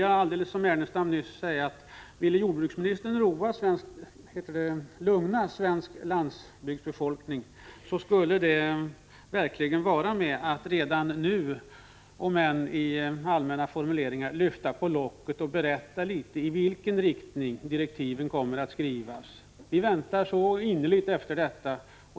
Jag upprepar vad Ernestam nyss sade: Om jordbruksministern vill lugna svensk landsbygdsbefolkning kan han verkligen göra det genom att redan nu, om än i allmänna formuleringar, berätta litet om i vilken riktning direktiven 133 kommer att skrivas. Vi längtar så innerligt efter detta.